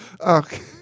Okay